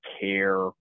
care